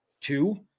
two